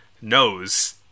knows